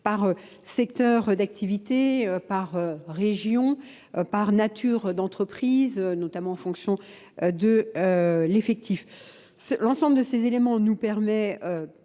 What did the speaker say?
par secteur d'activité, par région, par nature d'entreprise, notamment en fonction de l'effectif. L'ensemble de ces éléments nous permet